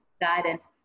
guidance